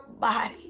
body